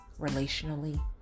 relationally